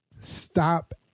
stop